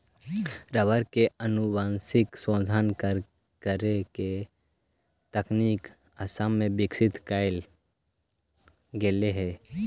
rubber के आनुवंशिक संशोधन करे के तकनीक असम में विकसित कैल गेले हई